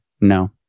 No